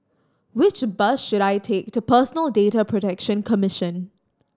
which bus should I take to Personal Data Protection Commission